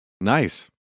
nice